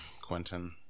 Quentin